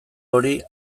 hori